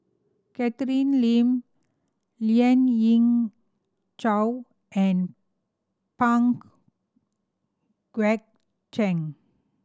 Catherine Lim Lien Ying Chow and Pang Guek Cheng